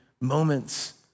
moments